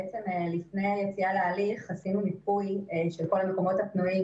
בעצם לפני היציאה להליך עשינו מיפוי של כל המקומות הפנויים